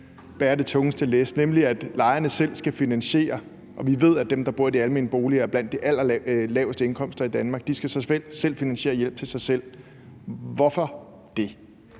bære det tungeste læs, nemlig ved, at lejerne selv skal finansiere det, og vi ved, at dem, der bor i de almene boliger, er nogle af dem med de allerlaveste indkomster i Danmark. De skal så selv finansiere hjælp til sig selv – hvorfor det?